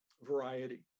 Variety